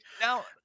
Now